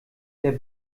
der